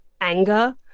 anger